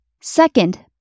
Second